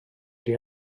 ydy